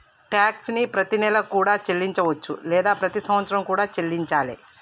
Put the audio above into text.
tax ని ప్రతినెలా కూడా చెల్లించవచ్చు లేదా ప్రతి సంవత్సరం కూడా చెల్లించాలే